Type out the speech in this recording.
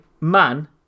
man